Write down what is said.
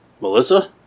Melissa